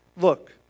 Look